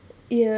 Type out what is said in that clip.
ya